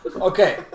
okay